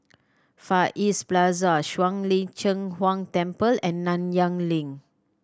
Far East Plaza Shuang Lin Cheng Huang Temple and Nanyang Link